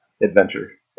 adventure